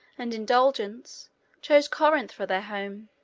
and indulgence chose corinth for their home.